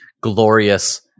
glorious